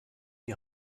die